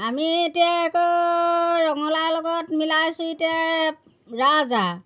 আমি এতিয়া আকৌ ৰঙালাওৰ লগত মিলাইছোঁ এতিয়া ৰাজহাঁহ